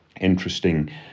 interesting